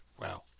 wow